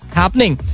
happening